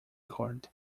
cord